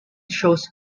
shows